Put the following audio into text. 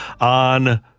on